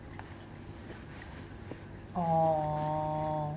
oh